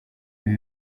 ibi